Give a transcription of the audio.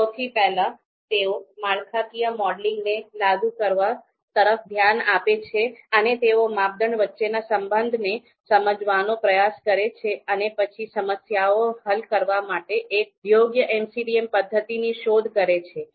સોથી પેહલા તેઓ માળખાકીય મોડેલોને લાગુ કરવા તરફ ધ્યાન આપે છે અને તેઓ માપદંડ વચ્ચેના સંબંધને સમજવાનો પ્રયાસ કરે છે અને પછી સમસ્યાઓ હલ કરવા માટે એક યોગ્ય MADM પદ્ધતિ શોધી કરે છે